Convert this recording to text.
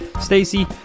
Stacy